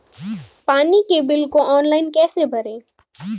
पानी के बिल को ऑनलाइन कैसे भरें?